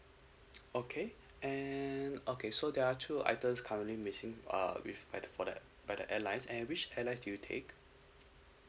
okay and okay so there are two items currently missing uh with by the for that by the airlines and which airlines do you take